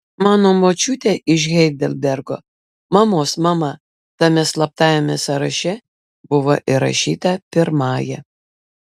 mano močiutė iš heidelbergo mamos mama tame slaptajame sąraše buvo įrašyta pirmąja